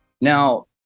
Now